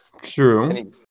True